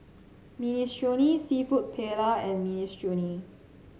Minestrone seafood Paella and Minestrone